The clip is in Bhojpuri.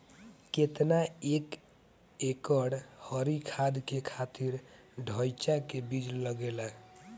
केतना एक एकड़ हरी खाद के खातिर ढैचा के बीज लागेला?